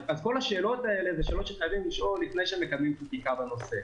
אז כל השאלות האלה הן שאלות שחייבים לשאול לפני שמקבלים החלטה בנושא.